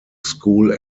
school